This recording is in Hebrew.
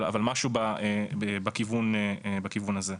אבל משהו בכיוון הזה.